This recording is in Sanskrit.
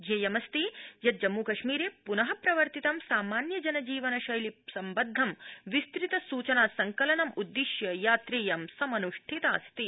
ध्येयमस्ति यत् जम्मूकश्मीरे पुन प्रवर्तितं सामान्य जन जीवन शैलि सम्बद्ध ं विस्तुत सूचना संकलनं उद्दिश्य यात्रेयं समनुष्ठितास्ति